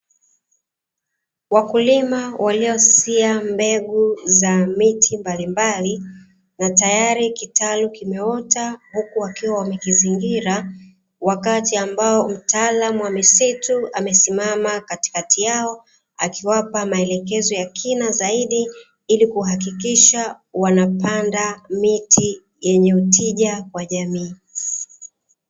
Wakulima waliosia mbegu za miti mbalimbali, na tayari kitaru kimeota huku wakiwa wamekizingira, wakati ambao mtaalamu ya misitu amesimama katikati yao akiwapa maelekezo ya kina zaidi ili kuhakikisha wanapanda miti yenye utija kwa jamii.